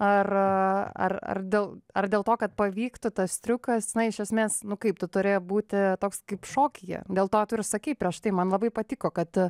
ar ar ar dėl ar dėl to kad pavyktų tas triukas iš esmės nu kaip tu turi būti toks kaip šokyje dėl to tu ir sakei prieš tai man labai patiko kad